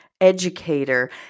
educator